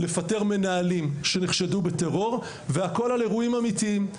לפטר מנהלים שנחשדו בטרור והכול על אירועים אמיתיים.